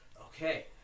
Okay